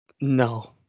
No